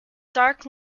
dark